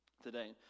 today